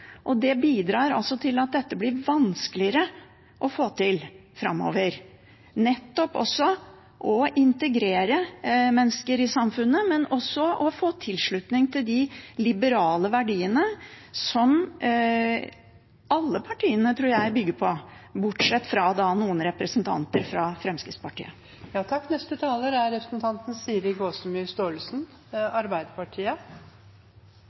Det bidrar til at dette blir vanskeligere å få til framover, både å integrere mennesker i samfunnet og å få tilslutning til de liberale verdiene som alle partiene – tror jeg – bygger på, bortsett fra noen representanter fra Fremskrittspartiet.